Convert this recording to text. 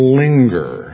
linger